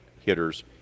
hitters